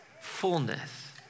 fullness